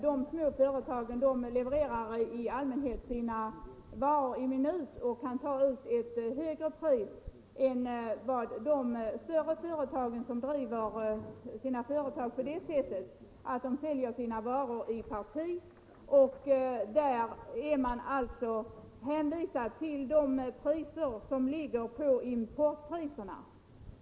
Där utgör växthusodlingen oftast en mindre del och den huvudsakliga verksamheten har kanske helt kunnat kompensera förlusten på växthusdelen.